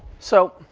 so